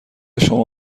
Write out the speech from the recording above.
شما